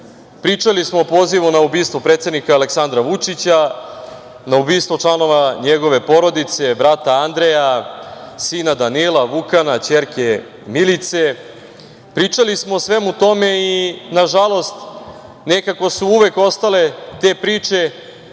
Pričali smo o pozivu na ubistvo predsednika Aleksandra Vučića, na ubistvo članova njegove porodice, brata Andreja, sina Danila, Vukana, ćerke Milice. Pričali smo o svemu tome i, nažalost, nekako su uvek ostale te priče